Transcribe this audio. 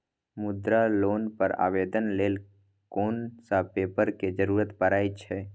मुद्रा लोन के आवेदन लेल कोन सब पेपर के जरूरत परै छै?